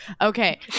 okay